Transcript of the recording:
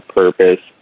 purpose